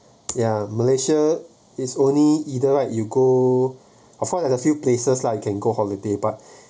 ya malaysia is only either right you go of course there's a few places like you can go holiday but